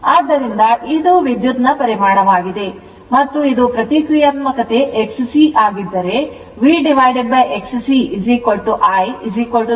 ಆದ್ದರಿಂದ ಇದು ವಿದ್ಯುತ್ ನ ಪರಿಮಾಣವಾಗಿದೆ ಮತ್ತು ಇದು ಪ್ರತಿಕ್ರಿಯಾತ್ಮಕತೆ xc ಆಗಿದ್ದರೆ V xc I35 ಆಂಪಿಯರ್ ಆಗಿರುತ್ತದೆ